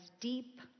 deep